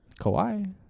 Kawhi